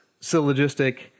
syllogistic